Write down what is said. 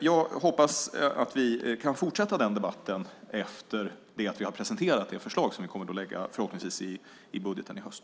Jag hoppas att vi kan fortsätta den debatten efter det att vi har presenterat det förslag som vi förhoppningsvis kommer att lägga fram i budgeten i höst.